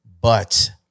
But-